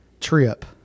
trip